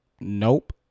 Nope